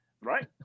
right